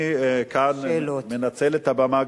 אני כאן מנצל את הבמה,